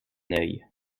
œil